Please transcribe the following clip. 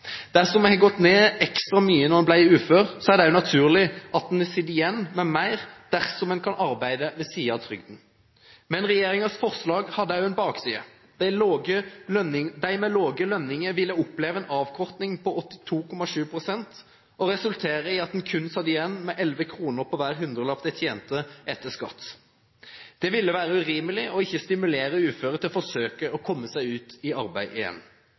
Dersom man gikk ned ekstra mye da man ble ufør, er det også naturlig at man sitter igjen med mer dersom man kan arbeide ved siden av trygden. Men regjeringens forslag hadde også en bakside. De med lave lønninger ville oppleve en avkorting på 82,7 pst. Det ville resultere i at en kun satt igjen med 11 kr for hver hundrelapp en tjente, etter skatt. Det ville være urimelig og ikke stimulere uføre til å forsøke å komme seg ut i arbeid igjen.